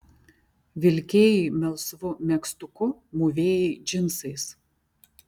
vilkėjai melsvu megztuku mūvėjai džinsais